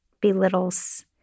belittles